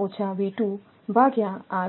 પછી આ